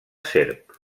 serp